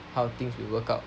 how things will work out